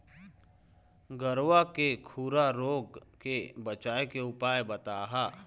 गरवा के खुरा रोग के बचाए के उपाय बताहा?